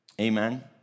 amen